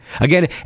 Again